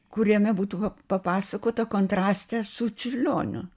kuriame būtų pa papasakota kontraste su čiurlioniu